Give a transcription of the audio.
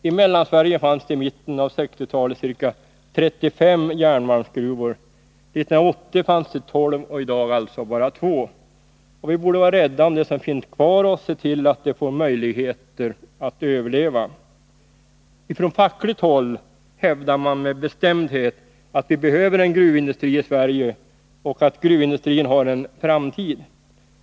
I Mellansverige fanns det i mitten av 1960-talet ca 35 järnmalmsgruvor, 1980 fanns det 12 och i dag finns det alltså bara 2. Vi borde vara rädda om dem som finns kvar och se till att de får möjligheter att överleva. Ifrån fackligt håll hävdar man med bestämdhet att vi behöver en gruvindustri i Sverige och att gruvindustrin har en framtid.